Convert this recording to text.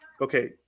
Okay